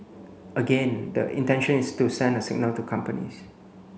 again the intention is to send a signal to companies